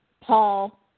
Paul